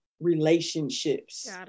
relationships